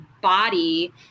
body